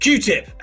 Q-tip